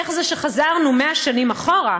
איך זה שחזרנו 100 שנים אחורה,